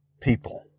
people